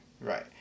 right